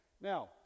Now